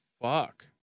fuck